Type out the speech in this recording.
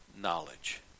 knowledge